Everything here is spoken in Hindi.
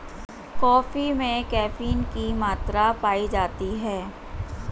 कॉफी में कैफीन की मात्रा पाई जाती है